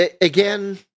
again